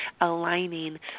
aligning